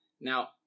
Now